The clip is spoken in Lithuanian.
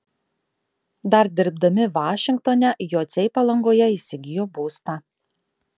dar dirbdami vašingtone jociai palangoje įsigijo būstą